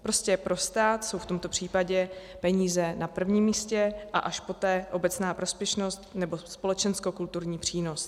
Prostě pro stát jsou v tomto případě peníze na prvním místě a až poté obecná prospěšnost nebo společenskokulturní přínos.